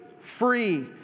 free